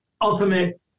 ultimate